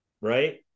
right